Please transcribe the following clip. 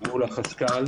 אנחנו מתואמים עם החשכ"ל.